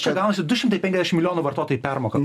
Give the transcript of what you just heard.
čia gaunasi du šimtai penkiasdešimt milijonų vartotojų permoka